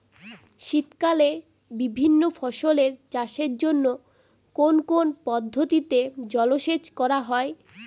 শীতকালে বিভিন্ন ফসলের চাষের জন্য কোন কোন পদ্ধতিতে জলসেচ করা হয়?